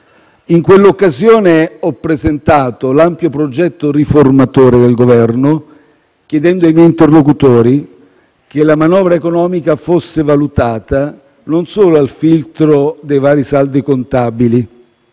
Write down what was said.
In quell'occasione ho presentato l'ampio progetto riformatore del Governo, chiedendo ai miei interlocutori che la manovra economica fosse valutata non solo al filtro dei vari saldi contabili,